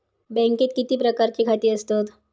बँकेत किती प्रकारची खाती असतत?